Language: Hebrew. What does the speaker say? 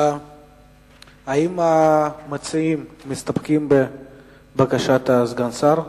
האם המציעים מסתפקים בבקשת סגן השר?